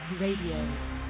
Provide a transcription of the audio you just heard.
Radio